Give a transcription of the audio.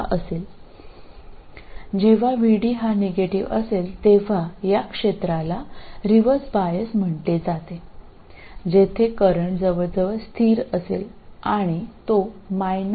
അതിനാൽ അതിന്റെ അർത്ഥം ഈ മേഖലയിൽ VD നെഗറ്റീവ് ആയിരിക്കുമ്പോൾ ആ പ്രദേശത്തെ റിവേഴ്സ് ബയസ് എന്ന് വിളിക്കുന്നു കറന്റ് ഏതാണ്ട് സ്ഥിരമായിരിക്കും അത് IS എന്നതിന് തുല്യമായിരിക്കും